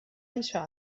això